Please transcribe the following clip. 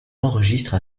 enregistre